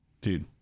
dude